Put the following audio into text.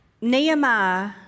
Nehemiah